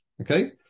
Okay